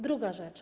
Druga rzecz.